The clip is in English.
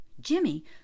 Jimmy